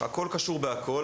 הכול קשור בכול,